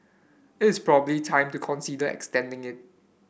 it is probably time to consider extending it